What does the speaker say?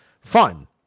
fun